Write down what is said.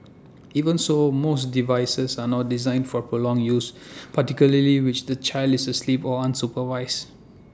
even so most devices are not designed for prolonged use particularly which the child is sleep or unsupervised